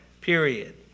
period